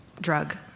drug